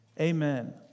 Amen